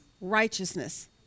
righteousness